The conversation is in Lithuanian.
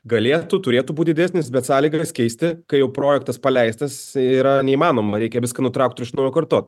galėtų turėtų būt didesnis bet sąlygas keisti kai projektas paleistas yra neįmanoma reikia viską nutraukt ir iš naujo kartot